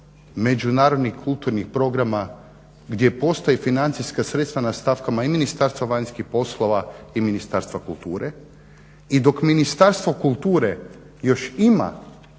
međunarodnih, kulturnih programa gdje postoje financijska sredstva na stavkama i Ministarstva vanjskih poslova i Ministarstva kulture. I dok Ministarstvo kulture još ima